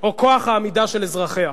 או כוח העמידה של אזרחיה.